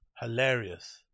Hilarious